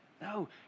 No